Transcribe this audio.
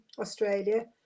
Australia